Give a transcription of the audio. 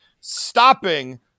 stopping